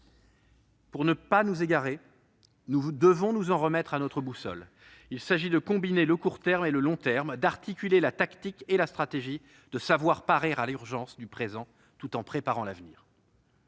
Pour ne pas nous égarer, nous devons nous en remettre à notre boussole. Il s'agit de combiner le court terme et le long terme, d'articuler la tactique et la stratégie, de parer à l'urgence présente, tout en préparant l'avenir.